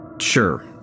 Sure